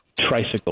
Tricycle